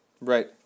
Right